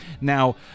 now